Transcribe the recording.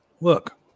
Look